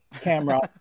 camera